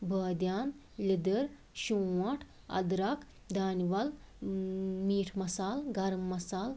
بٲدیان لدٕر شونٛٹھ أدرَکھ دانہِ وَل میٖٹھ مَصالہٕ گرٕم مَصالہٕ